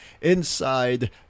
inside